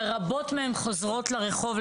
ורבות מהן חוזרות לרחוב,